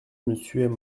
monsieur